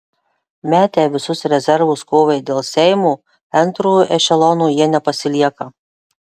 metę visus rezervus kovai dėl seimo antrojo ešelono jie nepasilieka